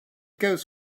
goes